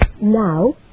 now